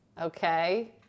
Okay